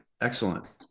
Excellent